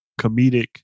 comedic